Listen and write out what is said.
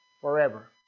forever